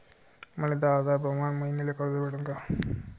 मले दहा हजार प्रमाण मईन्याले कर्ज भेटन का?